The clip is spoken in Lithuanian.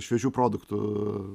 šviežių produktų